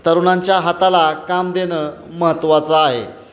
तरुणांच्या हाताला काम देणं महत्वाचं आहे